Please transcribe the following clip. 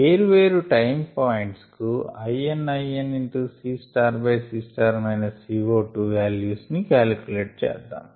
వేర్వేరు time points కు ln CC CO2వాల్యూస్ ని కాలిక్యులేట్ చేద్దాం